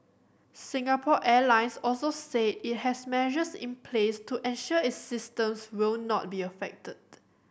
Singapore Airlines also said it has measures in place to ensure its systems will not be affected